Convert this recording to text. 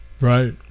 Right